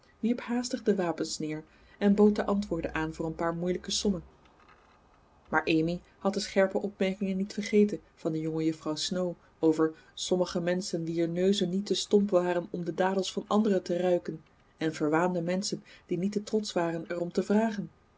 wierp haastig de wapens neer en bood de antwoorden aan voor een paar moeilijke sommen maar amy had de scherpe opmerkingen niet vergeten van de jongejuffrouw snow over sommige menschen wier neuzen niet te stomp waren om de dadels van anderen te ruiken en verwaande menschen die niet te trotsch waren er om te vragen